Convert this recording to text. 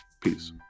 Peace